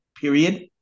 period